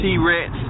T-Rex